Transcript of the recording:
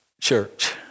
church